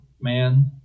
man